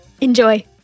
Enjoy